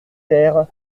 terre